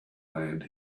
land